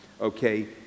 okay